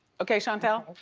okay, shantelle?